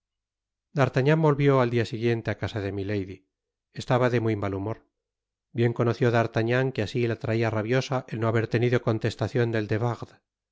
d'artagnan volvió el dia siguiente á casa de milady estaba de muy mal humor bien conoció d'artagnan que asi la traia rabiosa el no haber tenido contestacion del de